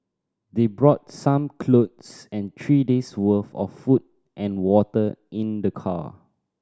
they brought some clothes and three days' worth of food and water in their car